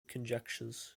conjectures